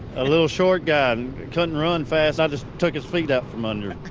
a little short guy, couldn't run fast. i just took his feet out from under